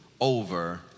over